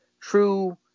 true